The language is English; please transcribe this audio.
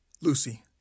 Lucy